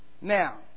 Now